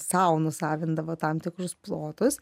sau nusavindavo tam tikrus plotus